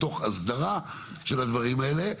תוך הסדרה של הדברים האלה.